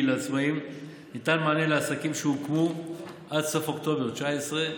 לעצמאים ניתן מענה לעסקים שהוקמו עד סוף אוקטובר 2019,